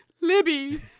Libby